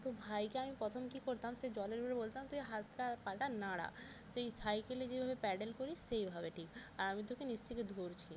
তো ভাইকে আমি প্রথম কি করতাম সে জলের উপরে বলতাম তুই হাতটা আর পাটা নাড়া সেই সাইকেলে যেভাবে প্যাডেল করিস সেইভাবে ঠিক আর আমি তোকে নিচ থেকে ধরছি